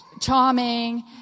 charming